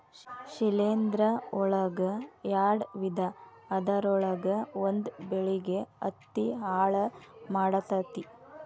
ಶಿಲೇಂಧ್ರ ಒಳಗ ಯಾಡ ವಿಧಾ ಅದರೊಳಗ ಒಂದ ಬೆಳಿಗೆ ಹತ್ತಿ ಹಾಳ ಮಾಡತತಿ